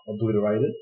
obliterated